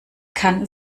kann